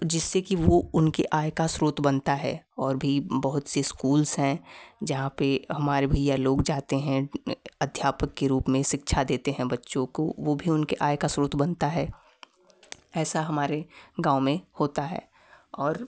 जिससे कि वो उनकी आय का स्रोत बनता है और भी बहुत से स्कूल्स हैं जहाँ पर हमारे भैया लोग जाते हैं अध्यापक के रूप में शिक्षा देते हैं बच्चों को वह भी उनके आय का स्रोत बनता है ऐसा हमारे गाँव में होता है और